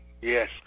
Yes